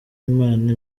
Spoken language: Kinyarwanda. imana